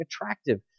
attractive